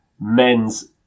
men's